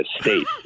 State